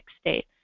state